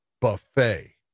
buffet